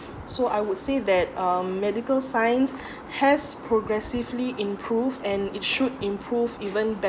so I would say that um medical science has progressively improve and it should improve even